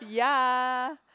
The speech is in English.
yea